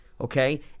okay